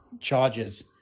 charges